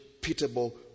pitiable